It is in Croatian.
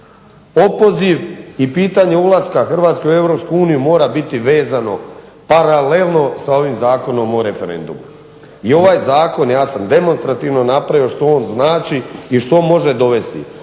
Opoziv i pitanje ulaska Hrvatske u EU mora biti vezano paralelno sa ovim Zakonom o referendumu. I ovaj zakon, ja sam demonstrativno napravio što on znači, i što može dovesti